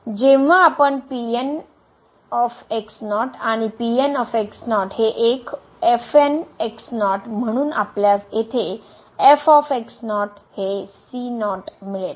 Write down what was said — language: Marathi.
जेव्हा आपण Pn आणि Pn हे एक म्हणून आपल्यास येथे हे मिळेल